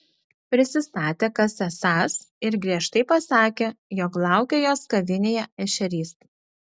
prisistatė kas esąs ir griežtai pasakė jog laukia jos kavinėje ešerys